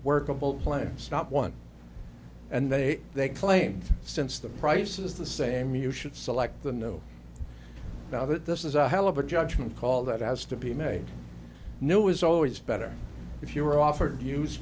not one and then they claim since the price is the same you should select the know now that this is a hell of a judgement call that has to be made new is always better if you are offered used